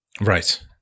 Right